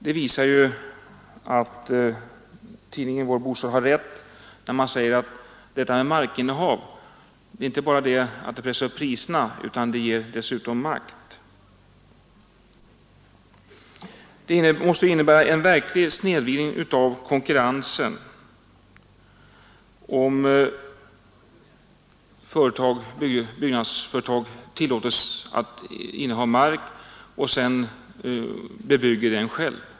Det visar att tidningen Vår Bostad har rätt i påståendet att det här slaget av markinnehav inte bara pressar upp priserna utan dessutom ger makt. Det måste innebära en verklig snedvridning i konkurrensen om byggnadsföretag tillåts att inneha mark och sedan bebygger den själva.